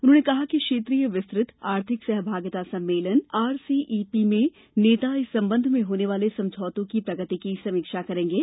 उन्होंने कहा कि क्षेत्रीय विस्तृत आर्थिक सहभागिता सम्मेलन आरसीईपी में नेता इस संबंध में होने वाले समझौतों की प्रगति की समीक्षा करेंगे